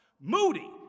Moody